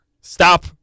Stop